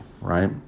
right